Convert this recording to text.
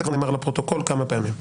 אני אומר את זה לפרוטוקול כמה פעמים.